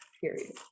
period